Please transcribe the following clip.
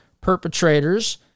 perpetrators